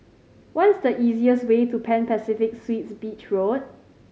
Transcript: what's the easiest way to Pan Pacific Suites Beach Road